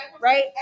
right